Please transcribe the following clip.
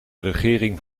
regering